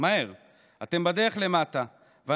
אתם בדרך למטה מהר,